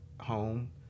home